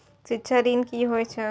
शिक्षा ऋण की होय छै?